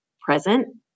present